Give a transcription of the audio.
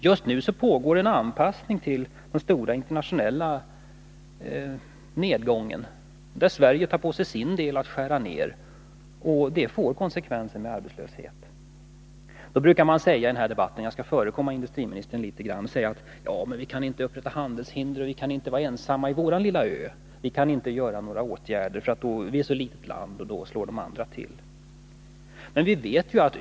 Just nu pågår en anpassning till den stora internationella nedgången, där Sverige tar på sig sin del av nedskärningarna. Det får konsekvenser i form av arbetslöshet. Jag skall förekomma industriministern litet. I sådana här debatter brukar det nämligen sägas: Vi kan inte upprätta handelshinder, vara ensamma på vårlilla ö. Vi kan inte vidta några åtgärder, för vi är ett så litet land. De andra Nr 51 nationerna skulle då slå tillbaka mot oss.